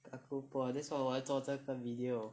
aku poor that's why 我们做这个 video